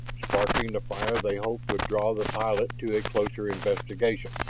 sparking the fire they hoped would draw the pilot to a closer investigation.